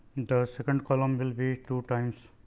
second column will be two times